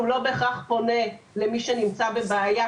הוא לא בהכרח פונה למי שנמצא בבעיה,